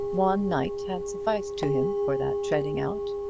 one night had sufficed to him for that treading out.